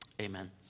Amen